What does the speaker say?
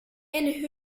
and